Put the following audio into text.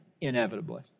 inevitably